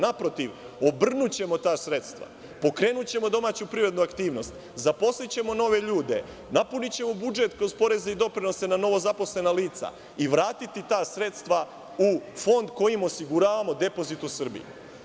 Naprotiv, obrnućemo ta sredstva, pokrenućemo domaću privrednu aktivnost, zaposlićemo nove ljude, napunićemo budžet kroz poreze i doprinose na novozaposlena lica i vratiti ta sredstva u fond kojim osiguravamo depozit u Srbiji.